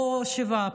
פה שבעה,